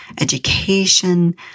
education